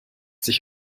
sich